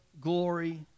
glory